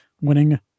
winning